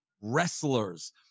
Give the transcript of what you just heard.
wrestlers